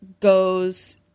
goes